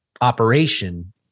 operation